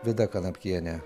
vida kanapkienė